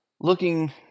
looking